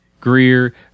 Greer